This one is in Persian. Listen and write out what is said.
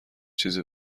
چیز